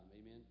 Amen